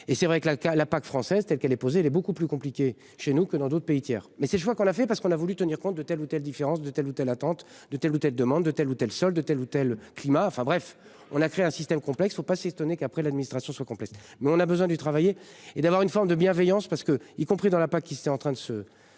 et c'est vrai que la qu'à la PAC française telle qu'elle est posée, elle est beaucoup plus compliqué chez nous que dans d'autres pays tiers mais c'est je crois qu'on l'a fait parce qu'on a voulu tenir compte de telle ou telle différence de telle ou telle attente de telle ou telle demande de telle ou telle de telle ou telle climat enfin bref on a créé un système complexe au passé qu'après l'administration soit mais on a besoin du travailler et d'avoir une forme de bienveillance parce que, y compris dans la PAC qui c'est en train de se